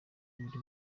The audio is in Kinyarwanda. buri